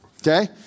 Okay